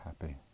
happy